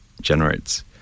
generates